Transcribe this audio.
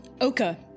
Oka